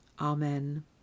Amen